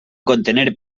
contener